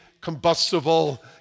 combustible